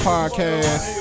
Podcast